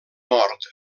mort